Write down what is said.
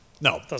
No